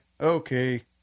Okay